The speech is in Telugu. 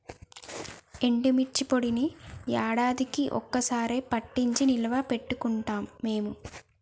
ఎండుమిర్చి పొడిని యాడాదికీ ఒక్క సారె పట్టించి నిల్వ పెట్టుకుంటాం మేము